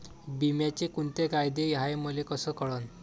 बिम्याचे कुंते फायदे हाय मले कस कळन?